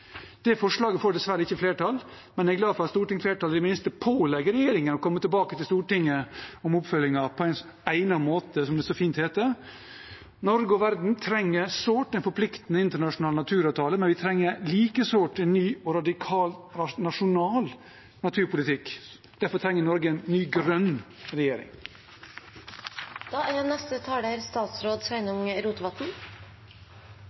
Det forslaget får dessverre ikke flertall, men jeg er glad for at stortingsflertallet i det minste pålegger regjeringen å komme tilbake til Stortinget om oppfølgingen «på egnet måte», som det så fint heter. Norge og verden trenger sårt en forpliktende internasjonal naturavtale, men vi trenger like sårt en ny og radikal nasjonal naturpolitikk. Derfor trenger Norge en ny, grønn regjering. Det er